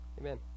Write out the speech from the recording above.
amen